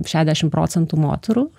šešiasdešimt procentų moterų